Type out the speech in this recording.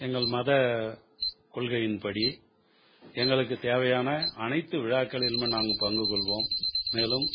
எங்கள் மத கொள்கையின்படி எங்களுக்கு தேவையான அனைத்து விழாக்களிலும் நாங்கள் பங்கு கொள்வோம் மேலும்